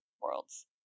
worlds